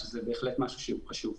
שזה בהחלט משהו שהוא חשוב.